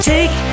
Take